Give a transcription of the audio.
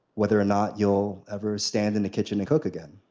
whether or not you'll ever stand in the kitchen and cook again.